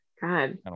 god